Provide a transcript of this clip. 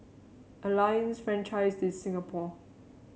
Alliance Francaise de Singapour